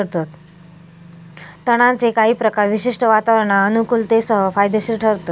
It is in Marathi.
तणांचे काही प्रकार विशिष्ट वातावरणात अनुकुलतेसह फायदेशिर ठरतत